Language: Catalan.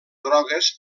grogues